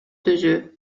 түзүү